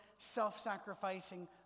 self-sacrificing